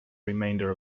remainder